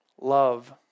love